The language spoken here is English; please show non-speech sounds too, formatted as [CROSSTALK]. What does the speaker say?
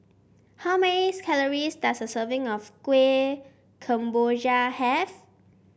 how many [UNINTELLIGIBLE] calories does a serving of Kueh Kemboja have